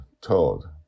told